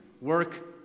work